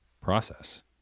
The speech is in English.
process